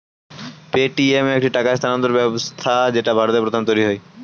Paytm একটি টাকা স্থানান্তর ব্যবস্থা যেটা ভারতে প্রথম তৈরী হয়